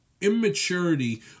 immaturity